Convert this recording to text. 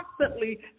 constantly